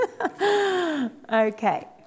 Okay